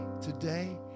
today